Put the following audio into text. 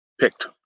picked